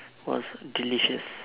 was delicious